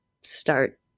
start